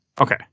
okay